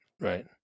right